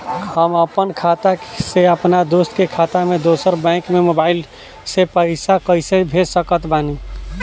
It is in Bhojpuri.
हम आपन खाता से अपना दोस्त के खाता मे दोसर बैंक मे मोबाइल से पैसा कैसे भेज सकत बानी?